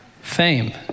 Fame